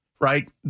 right